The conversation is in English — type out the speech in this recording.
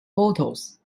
bottles